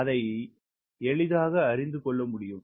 அதை எளிதாக அறிந்து கொள்ள முடியும்